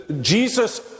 Jesus